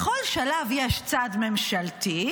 לכל שלב יש צד ממשלתי,